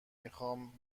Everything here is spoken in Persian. میخوام